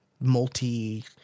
multi